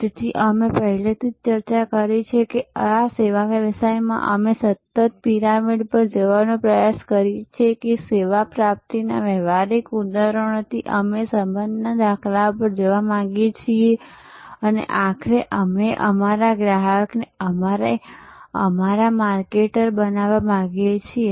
તેથી અમે પહેલેથી જ ચર્ચા કરી છે કે સેવા વ્યવસાયોમાં અમે સતત આ પિરામિડ પર જવાનો પ્રયાસ કરીએ છીએ કે સેવા પ્રાપ્તિના વ્યવહારિક ઉદાહરણોથી અમે સંબંધના દાખલા પર જવા માંગીએ છીએ અને આખરે અમે અમારા ગ્રાહક ને અમારા માર્કેટર બનવા માંગીએ છીએ